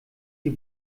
die